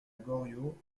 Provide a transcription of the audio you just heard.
goriot